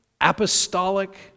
apostolic